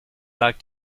like